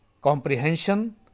comprehension